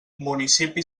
municipi